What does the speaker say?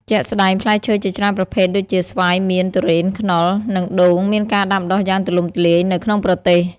ជាក់ស្ដែង ផ្លែឈើជាច្រើនប្រភេទដូចជា ស្វាយ មៀន ធូរ៉េន ខ្នុរ និងដូងមានការដាំដុះយ៉ាងទូលំទូលាយនៅក្នុងប្រទេស។